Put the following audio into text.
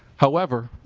however